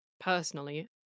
personally